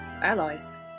Allies